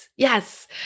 Yes